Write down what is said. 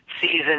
season